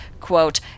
quote